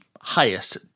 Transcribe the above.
highest